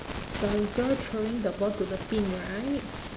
the girl throwing the ball to the pin right